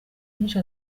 byinshi